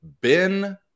Ben